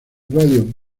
radio